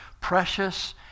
precious